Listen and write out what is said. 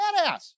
badass